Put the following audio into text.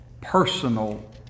personal